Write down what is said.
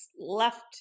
left